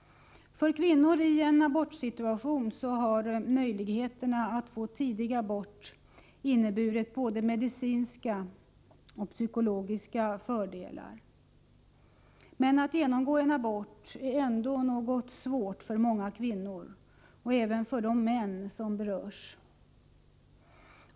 För kvinnor i en abortsituation har möjligheterna att få tidig abort inneburit både medicinska och psykologiska fördelar. Men att genomgå en abort är ändå en svår upplevelse för många kvinnor och även män som berörs.